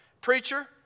Preacher